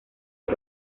del